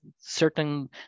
certain